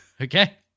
Okay